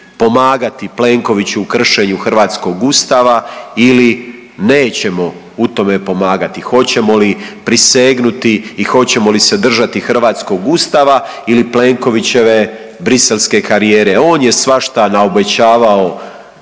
pomagati u kršenju hrvatskog Ustava ili nećemo u tome pomagati, hoćemo li prisegnuti i hoćemo li se držati hrvatskog Ustava ili Plenkovićeve briselske karijere. On je svašta naobećavao